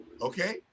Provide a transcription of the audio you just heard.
okay